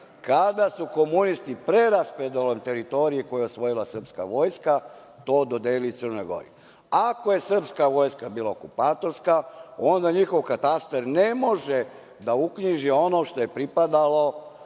kada su komunisti preraspodelom teritorije koju je osvojila srpska vojska to dodelili Crnoj Gori. Ako je srpska vojska bila okupatorska, onda njihov katastar ne može da uknjiži ono što je pripadalo,